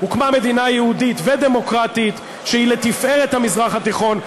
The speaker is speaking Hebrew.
הוקמה מדינה יהודית ודמוקרטית שהיא לתפארת המזרח התיכון.